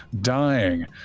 dying